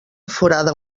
forada